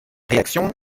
réactions